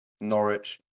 Norwich